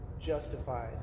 justified